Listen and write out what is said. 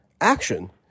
action